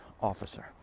officer